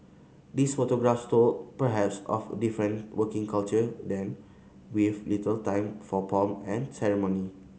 these photographs told perhaps of a different working culture then with little time for pomp and ceremony